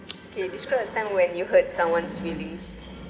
okay describe a time when you hurt someone's feelings